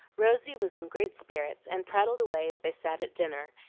rosy was in great spirits, and prattled away as they sat at dinner,